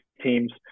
teams